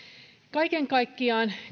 kaiken kaikkiaan